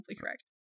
correct